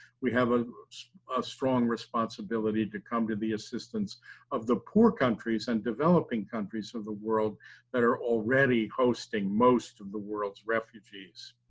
we have a strong responsibility to come to the assistance of the poor countries and developing countries of the world that are already hosting most of the world's refugees.